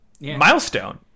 milestone